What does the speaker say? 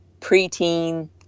preteen